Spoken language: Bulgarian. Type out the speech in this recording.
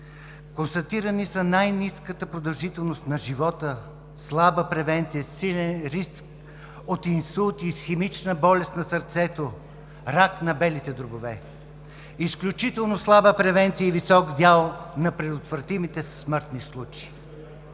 Констатирани са: най-ниската продължителност на живот, слаба превенция, силен риск от инсулт, исхемична болест на сърцето, рак на белите дробове, изключително слаба превенция и висок дял на предотвратимите смъртни случаи.